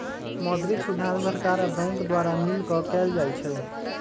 मौद्रिक सुधार सरकार आ बैंक द्वारा मिलकऽ कएल जाइ छइ